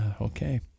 Okay